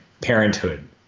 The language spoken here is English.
parenthood